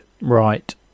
Right